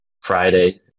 Friday